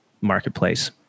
marketplace